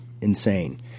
insane